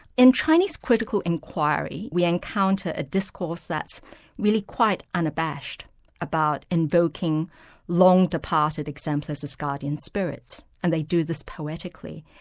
in chinese critical inquiry, we encounter a discourse that's really quite unabashed about invoking long-departed exemplars as guardian spirits, and they do this poetically,